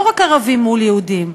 לא רק ערבים מול יהודים,